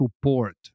support